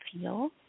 feel